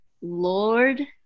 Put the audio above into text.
Lord